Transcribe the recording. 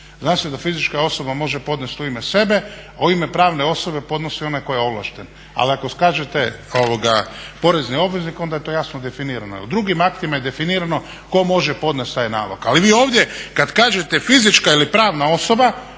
Zna se da fizička osoba može podnesti u ime sebe, a u ime pravne osobe podnosi onaj tko je ovlašten. Ali kažete porezni obveznik onda je to jasno definirano, drugim aktima je definirano tko može podnest taj nalog. Ali vi ovdje kada kažete fizička ili pravna osoba,